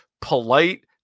polite